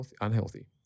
unhealthy